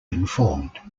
informed